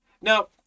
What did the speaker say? Now